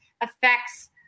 affects